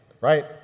right